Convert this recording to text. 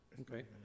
Okay